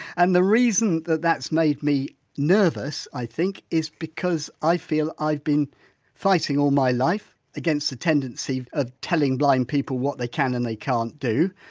and the reason that that's made me nervous i think is because i feel i've been fighting all my life against a tendency of telling blind people what they can and they can't do,